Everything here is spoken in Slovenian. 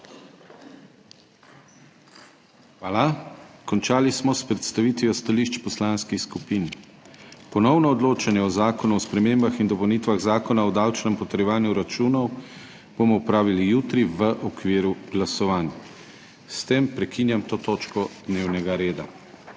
Hvala. Končali smo s predstavitvijo stališč poslanskih skupin. Ponovno odločanje o Zakonu o spremembah in dopolnitvah Zakona o davčnem potrjevanju računov bomo opravili jutri v okviru glasovanj. S tem prekinjam to točko dnevnega reda.